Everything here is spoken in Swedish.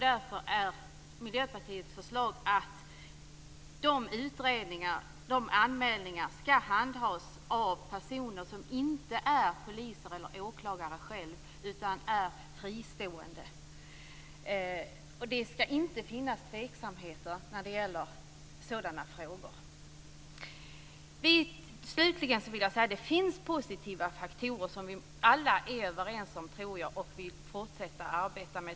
Därför är Miljöpartiets förslag att de anmälningarna och utredningarna skall handhas av personer som inte själva är poliser eller åklagare utan är fristående. Det skall inte finnas tveksamheter när det gäller sådana frågor. Slutligen vill jag säga att det finns positiva faktorer som jag tror vi alla är överens om och vill fortsätta att arbeta med.